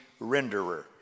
renderer